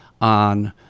on